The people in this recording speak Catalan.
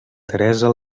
teresa